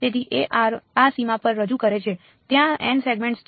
તેથી આ સીમા પર રજૂ કરે છે ત્યાં n સેગમેન્ટ્સ છે